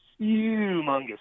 humongous